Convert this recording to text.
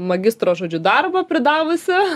magistro žodžiu darbą pridavusi